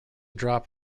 drop